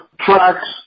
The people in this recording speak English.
tracks